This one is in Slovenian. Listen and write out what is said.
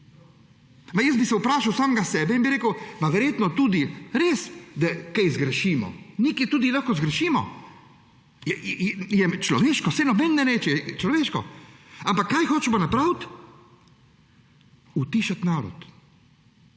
Jaz bi vprašal samega sebe in bi verjetno tudi rekel, da res kaj zgrešimo. Nekaj tudi lahko zgrešimo, je človeško. Saj nobeden ne reče – človeško. Ampak kaj hočemo napraviti? Utišati narod.